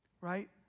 right